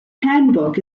handbook